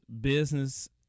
business